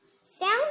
Sound